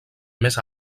més